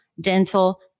dental